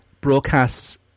broadcasts